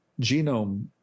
genome